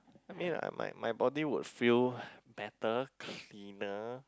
I mean like my my body would feel better thinner